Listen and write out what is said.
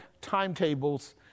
timetables